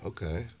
Okay